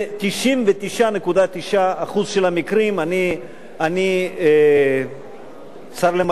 ב-99.9% מהמקרים אני סר למרותך,